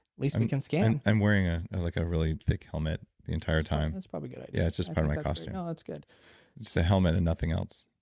least we can scan i'm wearing ah like a really thick helmet the entire time that's probably a good idea yeah, it's just part of my costume no, that's good just a helmet and nothing else.